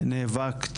נאבקת